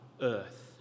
earth